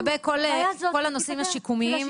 ולגבי כל הנושאים השיקומיים?